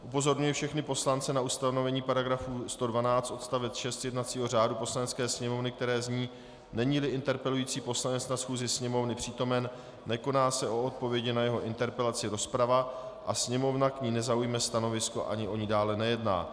Upozorňuji všechny poslance na ustanovení § 112 odst. 6 jednacího řádu Poslanecké sněmovny, které zní: Neníli interpelující poslanec na schůzi Sněmovny přítomen, nekoná se o odpovědi na jeho interpelaci rozprava a Sněmovna k ní nezaujme stanovisko ani o ní dále nejedná.